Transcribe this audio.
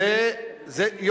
זו קריאה לממשלת ירדן?